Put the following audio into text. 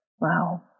Wow